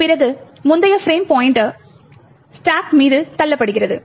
பிறகு முந்தைய frame pointer stack மீது தள்ளப்படுகிறது